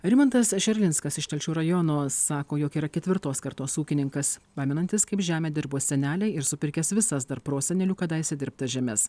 rimantas šerlinskas iš telšių rajono sako jog yra ketvirtos kartos ūkininkas pamenantis kaip žemę dirbo seneliai ir supirkęs visas dar prosenelių kadaise dirbtas žemes